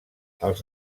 els